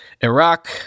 Iraq